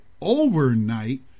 overnight